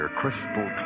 crystal